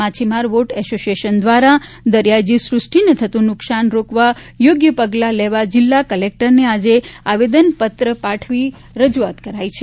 માછીમાર boat association દ્વારા દરિયાઇ જીવસૃષ્ટિને થતું નુકશાન રોકવા યોગ્ય પગલા લેવા જિલ્લા કલેક્ટરને આવેદન પત્ર પાઠવી રજૂઆત કરાઇ હતી